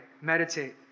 meditate